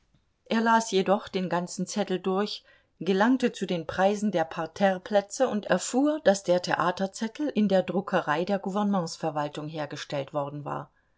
er las jedoch den ganzen zettel durch gelangte zu den preisen der parterreplätze und erfuhr daß der theaterzettel in der druckerei der gouvernementsverwaltung hergestellt worden war